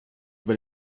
über